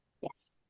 Yes